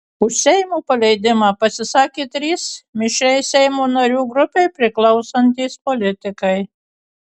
už seimo paleidimą pasisakė trys mišriai seimo narių grupei priklausantys politikai